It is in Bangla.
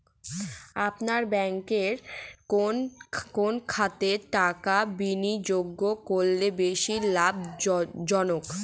আপনার ব্যাংকে কোন খাতে টাকা বিনিয়োগ করলে বেশি লাভজনক?